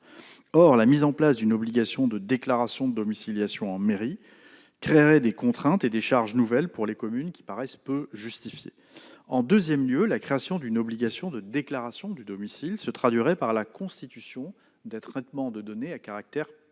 Or la mise en place d'une obligation de déclaration de domiciliation en mairie créerait des contraintes et des charges nouvelles pour les communes qui paraissent peu justifiées. En deuxième lieu, la création d'une obligation de déclaration du domicile se traduirait par la constitution d'un traitement de données à caractère